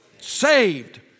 saved